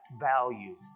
values